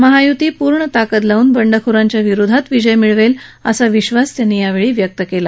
महाय्ती पूर्ण ताकद लावून बंडखोरांच्या विरोधात विजय मिळवेल असा विश्वास फडणवीस यांनी यावेळी व्यक्त केला